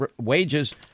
wages